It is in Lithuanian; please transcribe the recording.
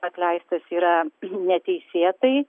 atleistas yra neteisėtai